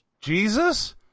Jesus